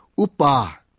upa